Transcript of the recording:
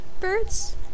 birds